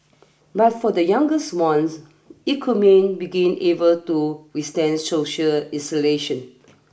but for the youngest ones it could mean begin able to withstand social isolation